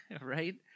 right